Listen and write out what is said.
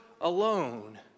alone